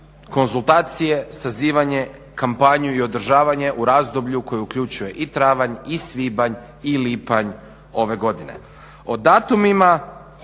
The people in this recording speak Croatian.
konzultacije, sazivanje, kampanju i održavanje u razdoblju u koji uključuje i travanj i svibanja i lipanj ove godine.